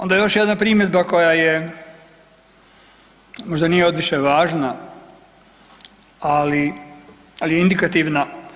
Onda još jedna primjedba koja je, možda nije odviše važna, ali, ali je indikativna.